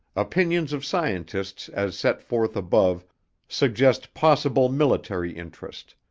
opinions of scientists as set forth above suggest possible military interest.